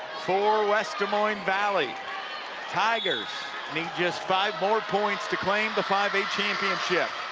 for west des moines valley tigers need just five more points to claim the five a championship.